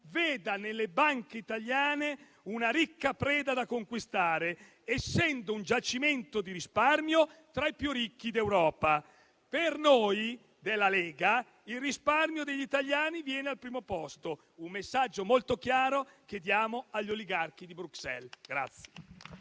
veda nelle banche italiane una ricca preda da conquistare, essendo un giacimento di risparmio tra i più ricchi d'Europa. Per noi della Lega il risparmio degli italiani viene al primo posto, è un messaggio molto chiaro che diamo agli oligarchi di Bruxelles.